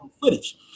footage